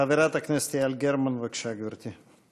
חברת הכנסת יעל גרמן, בבקשה, גברתי.